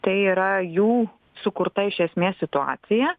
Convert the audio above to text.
tai yra jų sukurta iš esmės situacija